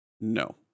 no